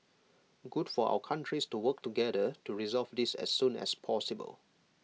good for our countries to work together to resolve this as soon as possible